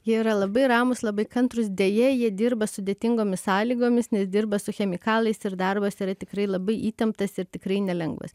jie yra labai ramūs labai kantrūs deja jie dirba sudėtingomis sąlygomis nes dirba su chemikalais ir darbas yra tikrai labai įtemptas ir tikrai nelengvas